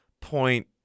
point